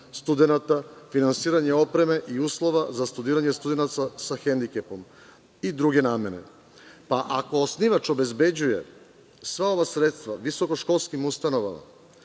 studenata, finansiranje opreme, uslova za studiranje studenata sa hendikepom i druge namene. Ako osnivač obezbeđuje sva ova sredstva visokoškolskim ustanovama,